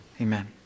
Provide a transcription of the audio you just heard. Amen